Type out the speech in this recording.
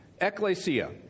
ecclesia